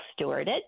stewarded